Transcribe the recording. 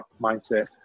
mindset